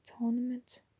Tournament